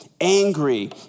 angry